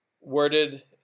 worded